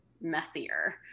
messier